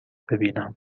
ببینم